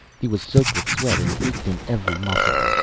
he was soaked with sweat and ached in every muscle.